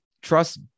trust